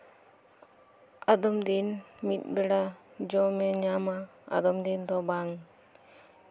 ᱟᱫᱚᱢ ᱫᱤᱱ ᱢᱤᱫ ᱵᱮᱲᱟ ᱡᱚᱢᱮ ᱧᱟᱢᱟ ᱟᱫᱚᱢ ᱫᱤᱱ ᱫᱚ ᱵᱟᱝ